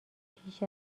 پیش